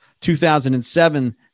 2007